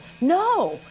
No